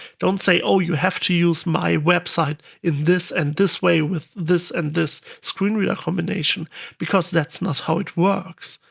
don't say, oh, you have to use my website in this and this way with this and this screen reader combination because that's not how it works.